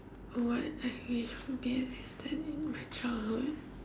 what I wish existed in my childhood